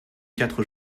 quatre